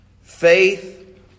Faith